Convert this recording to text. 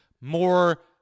more